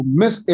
miss